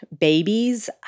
babies